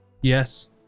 Yes